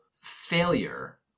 failure